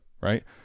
right